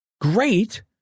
great